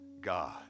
God